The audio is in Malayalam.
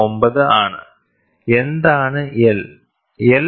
509 ആണ് എന്താണ് L